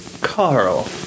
Carl